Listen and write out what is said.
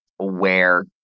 aware